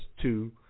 two